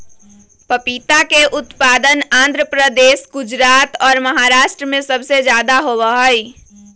पपीता के उत्पादन आंध्र प्रदेश, गुजरात और महाराष्ट्र में सबसे ज्यादा होबा हई